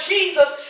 Jesus